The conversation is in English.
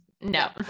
No